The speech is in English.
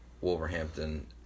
Wolverhampton